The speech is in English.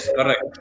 correct